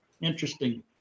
Interesting